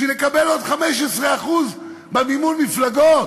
בשביל לקבל עוד 15% במימון מפלגות.